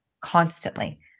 constantly